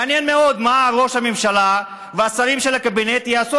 מעניין מאוד מה ראש הממשלה והשרים של הקבינט יעשו